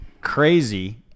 crazy